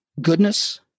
goodness